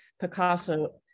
Picasso